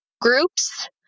groups